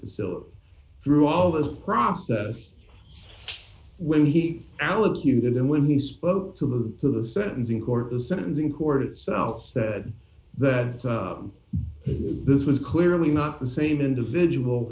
still through all this process when he allocute and when he spoke to the to the sentencing court the sentencing court itself said that this was clearly not the same individual